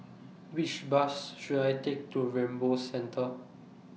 Which Bus should I Take to Rainbow Centre